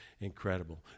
incredible